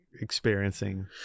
experiencing